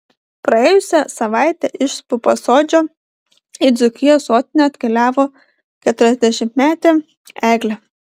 praėjusią savaitę iš pupasodžio į dzūkijos sostinę atkeliavo keturiasdešimtmetė eglė